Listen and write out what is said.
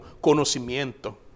conocimiento